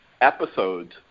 episodes